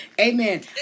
Amen